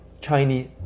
Chinese